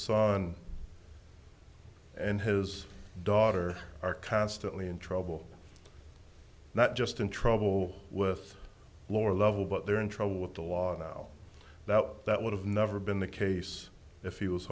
son and his daughter are constantly in trouble not just in trouble with lower level but they're in trouble with the law now that would have never been the case if he was